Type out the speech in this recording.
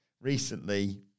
recently